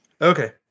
Okay